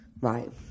Right